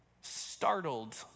startled